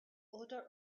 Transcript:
odor